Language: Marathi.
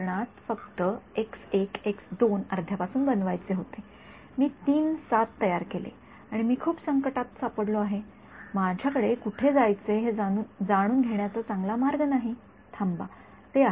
हो या प्रकरणात मला फक्त अर्ध्यापासून बनवायचे होते मी तयार केले आणि मी खूप संकटात सापडलो आहे माझ्याकडे कुठे जायचे हे जाणून घेण्याचा चांगला मार्ग नाही थांबा ते आहे